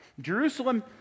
Jerusalem